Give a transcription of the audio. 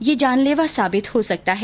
यह जानलेवा साबित हो सकता है